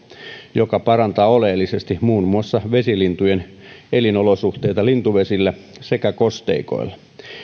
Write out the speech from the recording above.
joka parantaa oleellisesti muun muassa vesilintujen elinolosuhteita lintuvesillä sekä kosteikoilla